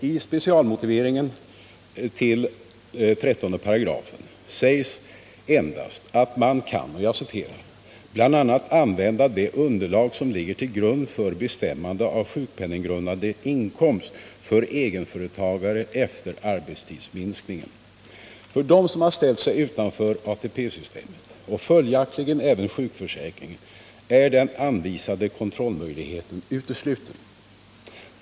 I specialmotiveringen till 13 § sägs endast: ”Vid beräkningarna kan bl.a. användas det underlag som ligger till grund för bestämmande av ny sjukpenninggrundande inkomst för egenföretagaren efter arbetstidsminskningen.” För dem som har ställt sig utanför ATP-systemet, och följaktligen även sjukförsäkringen, är den anvisade kontrollmöjligheten utesluten.